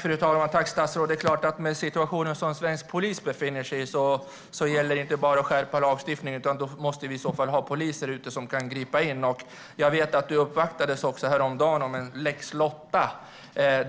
Fru talman! Tack, statsrådet! Med den situation som svensk polis befinner sig i är det klart att det inte bara gäller att skärpa lagstiftningen; vi måste också ha poliser ute som kan gripa in. Jag vet att du häromdagen uppvaktades om lex Lotta av